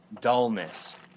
dullness